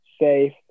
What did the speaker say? safe